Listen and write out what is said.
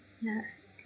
yes